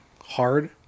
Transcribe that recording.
hard